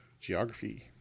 geography